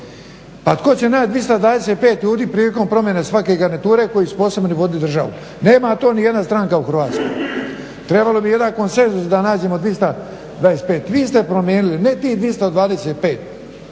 Pa tko će naći 225 ljudi prilikom promjene svake garniture koji su posebno vodili državu, nema to nijedna stranka u Hrvatskoj. Trebalo bi jedan konsenzus da nađemo 225. Vi ste promijenili, ne tih 225